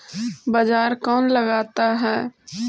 बाजार कौन लगाता है?